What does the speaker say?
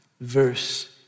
verse